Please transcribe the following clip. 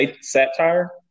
satire